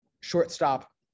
Shortstop